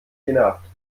genervt